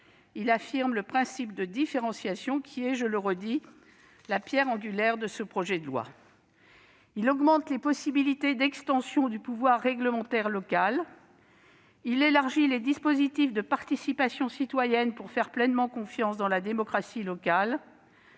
Il affirme le principe de différenciation qui est, je le redis, la pierre angulaire de ce projet de loi. Il augmente les possibilités d'extension du pouvoir réglementaire local. Il élargit les dispositifs de participation citoyenne pour faire pleinement confiance à la démocratie locale.